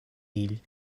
îles